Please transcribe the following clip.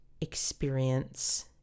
experience